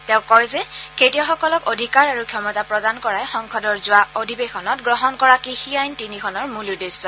তেওঁ কয় যে খেতিয়কসকলক অধিকাৰ আৰু ক্ষমতা প্ৰদান কৰাই সংসদৰ যোৱা অধিবেশনত গ্ৰহণ কৰা কৃষি আইন তিনিখনৰ মূল উদ্দেশ্য